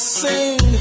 sing